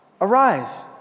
Arise